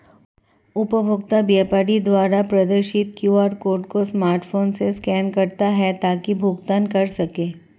उपभोक्ता व्यापारी द्वारा प्रदर्शित क्यू.आर कोड को स्मार्टफोन से स्कैन करता है ताकि भुगतान कर सकें